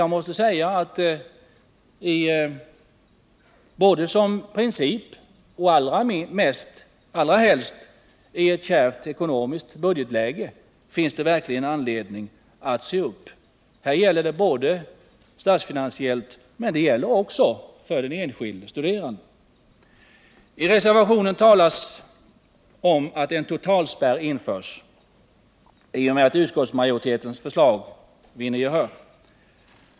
Jag måste säga att som princip, och allra helst i ett kärvt ekonomiskt budgetläge, finns det verkligen anledning att se upp. Detta gäller statsfinansiellt men också för den enskilde studeranden. I reservationen talas det om att en totalspärr införs i och med att utskottsmajoritetens förslag vinner gehör.